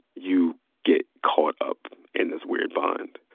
you get caught up in this weird bind.